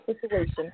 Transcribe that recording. situation